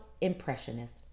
impressionist